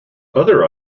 other